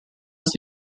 ist